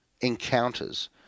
encounters